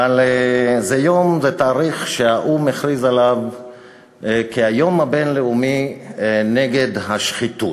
אבל זה היום והתאריך שהאו"ם הכריז עליו כיום הבין-לאומי נגד השחיתות.